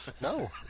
No